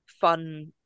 fun